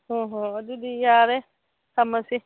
ꯍꯣꯏ ꯍꯣꯏ ꯑꯗꯨꯗꯤ ꯌꯥꯔꯦ ꯊꯝꯃꯁꯤ